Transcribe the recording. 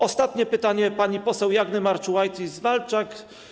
Ostatnie pytanie, pani poseł Jagny Marczułajtis-Walczak.